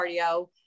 cardio